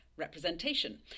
representation